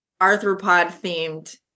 Arthropod-themed